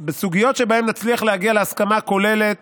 בסוגיות שבהן נצליח להגיע להסכמה כוללת